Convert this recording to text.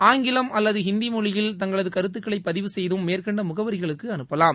ஆங்கிலம் அல்லது ஹிந்தி மொழியில் தங்களது கருத்துக்களை பதிவு செய்தும் மேற்கண்ட் முகவரிகளுக்கு அனுப்பலாம்